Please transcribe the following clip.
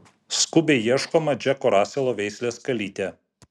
skubiai ieškoma džeko raselo veislės kalytė